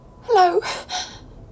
Hello